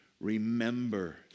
Remember